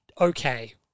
okay